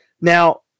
now